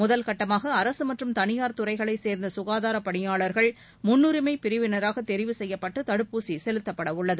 முதல்கட்டமாக அரசு மற்றும் தனியார் துறைகளைச் சேர்ந்த சுகாதாரப் பணியாளர்கள் முன்னுரிமை பிரிவினராக தெரிவு செய்யப்பட்டு தடுப்பூசி செலுத்தப்படவுள்ளது